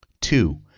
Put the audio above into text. Two